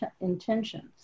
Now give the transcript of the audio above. intentions